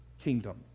kingdom